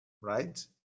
right